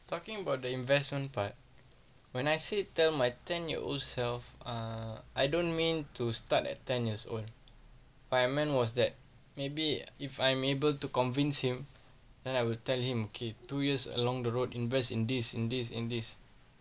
talking about the investment part when I said tell my ten-year-old self err I don't mean to start at ten years old what I meant was that maybe if I'm able to convince him then I would tell him okay two years along the road invest in this in this in this